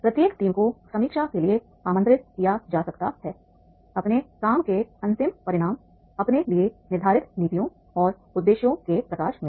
प्रत्येक टीम को समीक्षा के लिए आमंत्रित किया जा सकता है अपने काम के अंतिम परिणाम अपने लिए निर्धारित नीतियों और उद्देश्यों के प्रकाश में